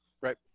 Right